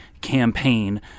campaign